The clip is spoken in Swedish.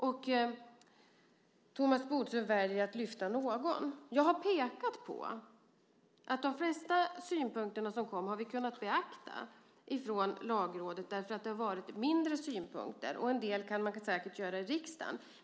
Och Thomas Bodström väljer att lyfta fram något. Jag har pekat på att vi har kunnat beakta de flesta synpunkter som kom från Lagrådet. Det har varit mindre synpunkter. Och en del kan man säkert göra i riksdagen.